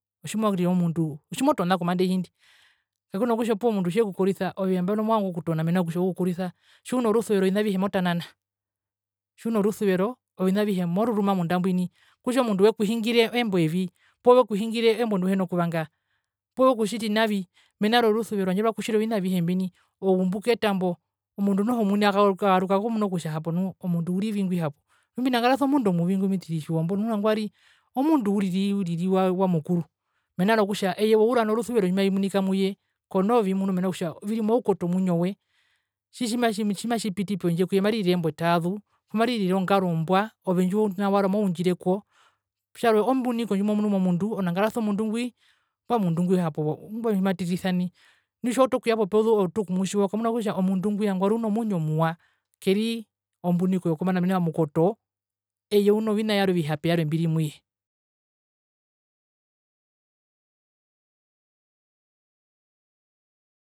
Otjimorire omundu, otjimotona kombandehindi, kakuna kutja opuwo tjekukorisa ove nambano movanga okutona mena rokutja wekukorisa, tjiuna orusuvero ovina avihe motanana. Tjiuna orusuvero, ovina avihe moruruma munda mbwina kutja omundu wekuhingire embo evi poo wekuhungire embo ndiuhina okuvanga, poo wekutjiti navi, mena rorusuvero tjandje rwakutjire ovina avihe mbyo oumbu ketambo omundu noho omuni akayaruka okumuna kutja hapo nu omundu urivi ngwi hapo, nu mbinangarasi omundu omuvi ngwi mitiri tjijombo nu nangwari omundu uriri, uriri wa mukuru. Mena rokutja eye weura norusuvero mbi mavi munika muye konoo vimunu mena rokutja viri moukoto womuinjo we, tji tjimatjipiti pendje kuye maririre embo etaazu poo mairire ongaro ombwa ove ndjiuhena wari amoundjireko, tjarwe ombuniko ndjimomunu momundu, onangarasi omundu ngwi, mbuae omundu ngwi hapo ongwae tjimatirisa nai, nu tjiwautu okuya popezu outu okumutjiwa okamuna kutja omundu ngwi nangwari una omuinjo omuwa, keri ombuniko yokombanda mena rokutja moukoto eye una ovina vyarwe ovihape vyarwe mbiri muye.